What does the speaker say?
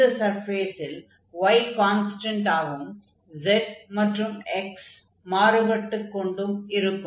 இந்த சர்ஃபேஸில் y கான்ஸ்டன்டாகவும் z மற்றும் x மாறுபட்டுக் கொண்டும் இருக்கும்